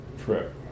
trip